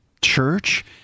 church